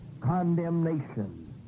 condemnation